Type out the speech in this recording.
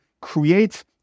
create